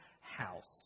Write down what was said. House